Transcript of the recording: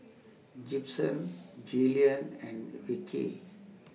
Gibson Jillian and Vickey